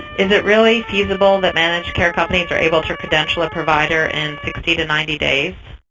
is it really feasible that managed care companies are able to credential a provider in sixty to ninety days?